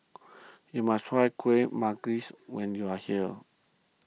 you must try Kuih Manggis when you are here